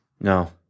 No